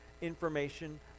information